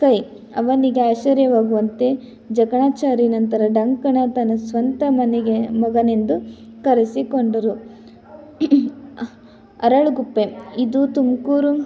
ಕೈ ಅವನಿಗೆ ಐಶ್ವರ್ಯವಾಗುವಂತೆ ಜಕಣಾಚಾರ್ಯ ನಂತರ ಡಂಕಣ ತನ್ನ ಸ್ವಂತ ಮನೆಗೆ ಮಗನೆಂದು ಕರೆಸಿಕೊಂಡರು ಅರಳುಗುಪ್ಪೆ ಇದು ತುಮಕೂರು